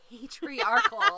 Patriarchal